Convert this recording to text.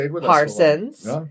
Parsons